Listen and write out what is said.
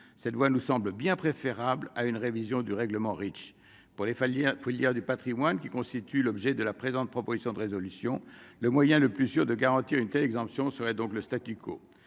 cette voie nous semble bien préférable à une révision du règlement Reach pour les fans, familles, il faut le dire du Patrimoine qui constitue l'objet de la présente proposition de résolution le moyen le plus sûr de garantir une telle exemption serait donc le statu quo,